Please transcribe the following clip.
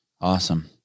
Awesome